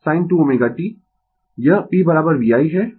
यह p v i है